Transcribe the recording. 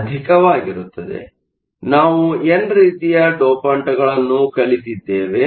ಆದ್ದರಿಂದ ನಾವು ಎನ್ ರೀತಿಯ ಡೋಪಂಟ್ಗಳನ್ನು ಕಲಿತಿದ್ದೇವೆ